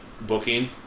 booking